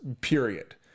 period